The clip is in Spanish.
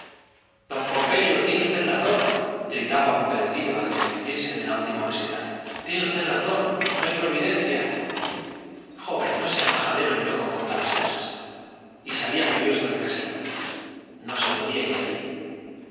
don pompeyo tiene usted razón gritaba un perdido al despedirse de la última peseta tiene usted razón no hay providencia joven no sea usted majadero y no confunda las cosas y salía furioso del casino no se podía ir allí